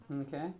Okay